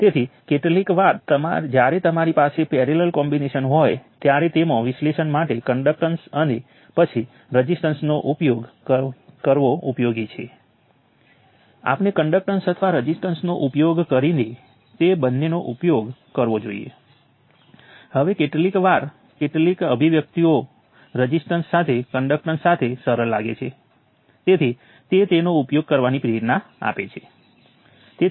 તેથી હવે જ્યારે હું KCL સમીકરણો લખીશ ત્યારે હું શું લખું છું હું દરેક નોડ ઉપર નજર નાખીશ અહીં 1 2 3 અને 4 ચાર નોડો છે હું ચાર નોડોમાંથી કોઈપણ ત્રણ પસંદ કરું છું અને તે તમામ નોડો ઉપર KCL સમીકરણો લખું છું